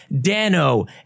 Dano